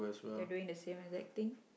they are doing the same exact thing